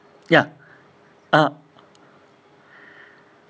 ya ah